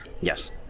Yes